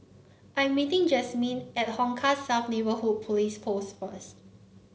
I'm meeting Jazmin at Hong Kah South Neighbourhood Police Post first